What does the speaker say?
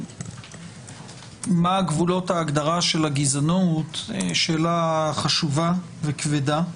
השאלה מה גבולות ההגדרה של הגזענות היא שאלה חשובה וכבדה,